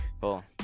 cool